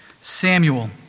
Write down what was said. Samuel